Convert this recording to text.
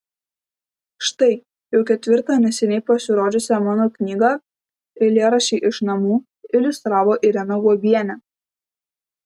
štai jau ketvirtą neseniai pasirodžiusią mano knygą eilėraščiai iš namų iliustravo irena guobienė